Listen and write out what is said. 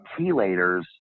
chelators